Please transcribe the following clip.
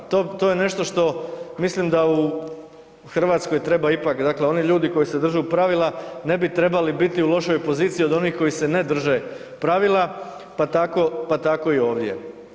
To je nešto što mislim da u Hrvatskoj treba ipak, dakle oni ljudi koji se drže pravila ne bi trebali biti u lošoj poziciji od onih koji se ne drže pravila pa tako i ovdje.